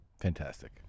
Fantastic